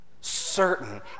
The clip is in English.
Certain